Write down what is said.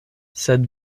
sed